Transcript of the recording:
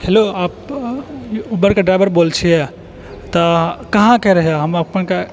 hello आप ओलाके driver बोलेछियै तऽ कहाँके रहय हम अपन के